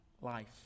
life